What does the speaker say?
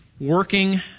working